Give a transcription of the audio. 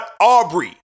Aubrey